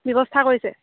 ব্যৱস্থা কৰিছে